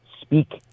speak